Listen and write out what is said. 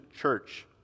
church